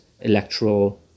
electoral